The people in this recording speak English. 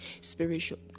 spiritual